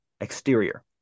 exterior